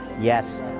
yes